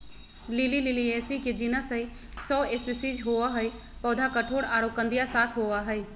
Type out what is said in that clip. lily Liliaceae के genus हई, सौ स्पिशीज होवअ हई, पौधा कठोर आरो कंदिया शाक होवअ हई